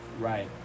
Right